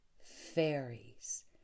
fairies